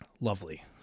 Lovely